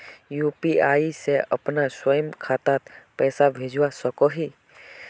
UPI से अपना स्वयं खातात पैसा भेजवा सकोहो ही?